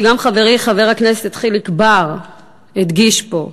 שגם חברי חבר הכנסת חיליק בר הדגיש פה,